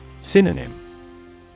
Synonym